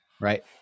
right